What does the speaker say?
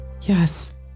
Yes